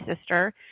sister